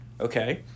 Okay